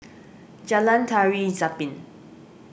Jalan Tari Zapin